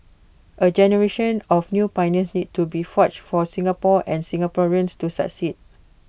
A generation of new pioneers needs to be forged for Singapore and Singaporeans to succeed